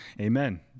Amen